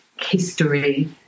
history